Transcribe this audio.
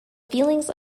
feelings